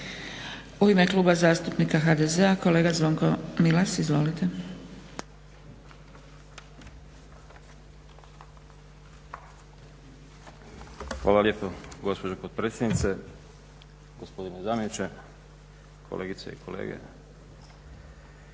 U ime Kluba zastupnika HDZ-a kolega Zvonko Milas. Izvolite. **Milas, Zvonko (HDZ)** Hvala lijepo gospođo potpredsjednice. Gospodine zamjeniče, kolegice i kolege.